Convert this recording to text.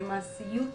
למעשיות.